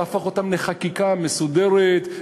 להפוך אותן לחקיקה מסודרת,